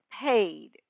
paid